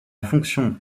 fonction